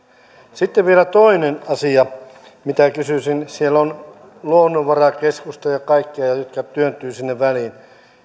sitten vielä toinen asia mitä kysyisin siellä on luonnonvarakeskusta ja kaikkea jotka työntyvät sinne väliin